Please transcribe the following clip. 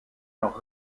leur